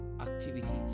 activities